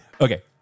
Okay